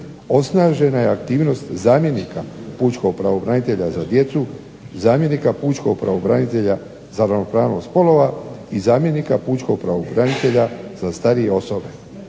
osnažena je aktivnost zamjenika pučkog pravobranitelja za djecu, zamjenika pučkog pravobranitelja za ravnopravnost spolova, i zamjenika pučkog pravobranitelja za starije osobe,